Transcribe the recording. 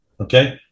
okay